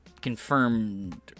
confirmed